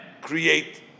create